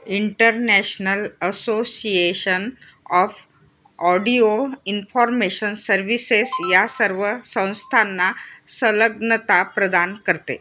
international association of audio information services या सर्व संस्थांना संलग्नता प्रदान करते